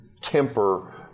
temper